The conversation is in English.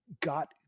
got